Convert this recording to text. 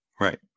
Right